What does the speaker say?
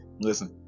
Listen